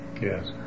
Yes